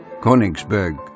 Konigsberg